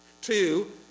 Two